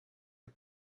het